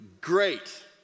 great